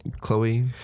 Chloe